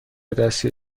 دستی